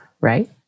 Right